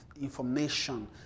information